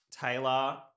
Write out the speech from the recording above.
Taylor